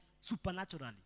supernaturally